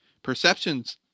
Perceptions